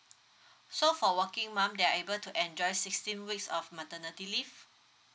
so for working mom they're able to enjoy sixteen weeks of maternity leave